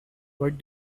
what